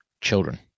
children